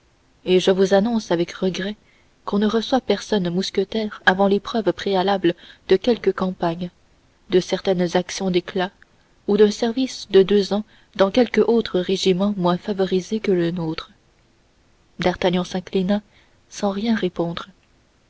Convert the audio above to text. et je vous annonce avec regret qu'on ne reçoit personne mousquetaire avant l'épreuve préalable de quelques campagnes de certaines actions d'éclat ou d'un service de deux ans dans quelque autre régiment moins favorisé que le nôtre d'artagnan s'inclina sans rien répondre